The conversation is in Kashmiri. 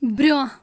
برٛونٛہہ